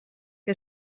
que